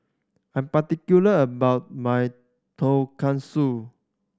I'm particular about my Tonkatsu